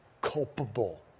culpable